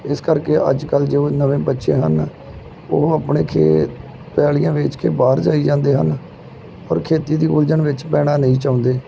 ਇਸ ਕਰਕੇ ਅੱਜ ਕੱਲ੍ਹ ਜੋ ਨਵੇਂ ਬੱਚੇ ਹਨ ਉਹ ਆਪਣੇ ਖੇਤ ਪੈਲੀਆਂ ਵੇਚ ਕੇ ਬਾਹਰ ਜਾਈ ਜਾਂਦੇ ਹਨ ਔਰ ਖੇਤੀ ਦੀ ਉਲਝਣ ਵਿੱਚ ਪੈਣਾ ਨਹੀਂ ਚਾਹੁੰਦੇ